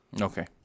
okay